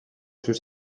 sus